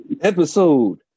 Episode